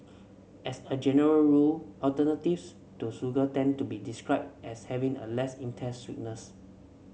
as a general rule alternatives to sugar tend to be described as having a less intense sweetness